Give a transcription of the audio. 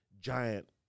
giant